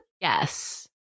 Yes